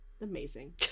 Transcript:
amazing